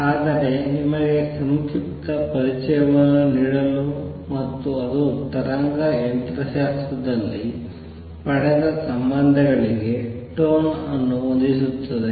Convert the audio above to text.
ಆದರೆ ನಿಮಗೆ ಸಂಕ್ಷಿಪ್ತ ಪರಿಚಯವನ್ನು ನೀಡಲು ಮತ್ತು ಅದು ತರಂಗ ಯಂತ್ರಶಾಸ್ತ್ರದಲ್ಲಿ ಪಡೆದ ಸಂಬಂಧಗಳಿಗೆ ಟೋನ್ ಅನ್ನು ಹೊಂದಿಸುತ್ತದೆ